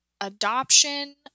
adoption